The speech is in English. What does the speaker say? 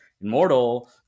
immortal